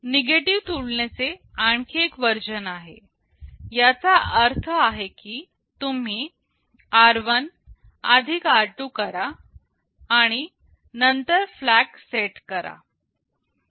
negative तुलनेचे आणखी एक वर्जन आहे याचा अर्थ आहे की तुम्ही r1 r2 करा आणि नंतर फ्लॅग सेट करा